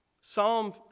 Psalm